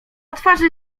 twarzy